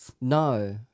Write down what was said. No